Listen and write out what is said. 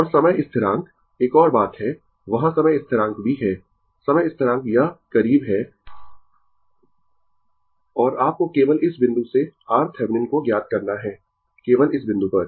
और समय स्थिरांक एक और बात है वहाँ समय स्थिरांक भी है समय स्थिरांक यह करीब है और आपको केवल इस बिंदु से RThevenin को ज्ञात करना है केवल इस बिंदु पर